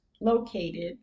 located